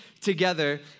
together